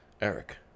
Eric